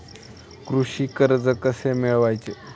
कृषी कर्ज कसे मिळवायचे?